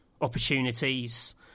opportunities